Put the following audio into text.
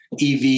EV